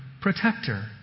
protector